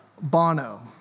Bono